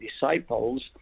disciples